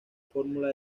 fórmula